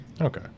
Okay